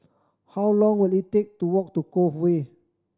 how long will it take to walk to Cove Way